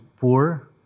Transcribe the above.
poor